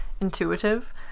intuitive